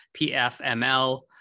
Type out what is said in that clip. PFML